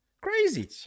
Crazy